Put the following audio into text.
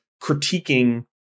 critiquing